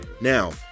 Now